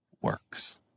works